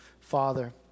Father